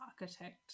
architect